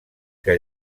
que